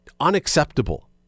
Unacceptable